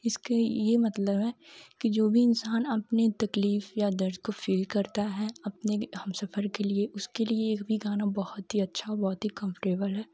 इसका यह मतलब है कि जो भी इन्सान अपने तकलीफ़ या दर्द को फ़ील करता है अपने हमसफ़र के लिए उसके लिए एक भी गाना बहुत ही अच्छा बहुत ही कम्फरटेबल है